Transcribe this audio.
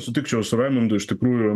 sutikčiau su raimundu iš tikrųjų